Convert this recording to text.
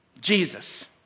Jesus